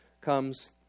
comes